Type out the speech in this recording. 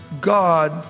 God